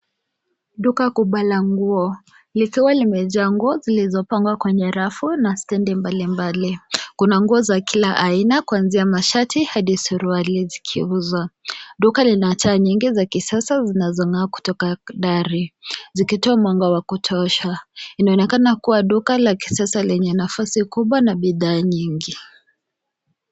Duka kubwa la nguo. Likiwa limejaa nguo zilizopanga kwenye rafu na stendi mbalimbali. Kuna nguo za kila aina kuanzia masharti hadi suruali zikiuzwa. Duka lina taa nyingi za kisasa zinazong'aa kutoka dari zikitoa mwanga wa kutosha. Inaonekana kuwa duka la kisasa lenye nafasi kubwa na bidhaa nyingi.